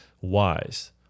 wise